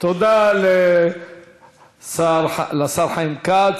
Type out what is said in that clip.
תודה לשר חיים כץ.